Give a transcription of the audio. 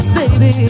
baby